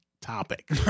topic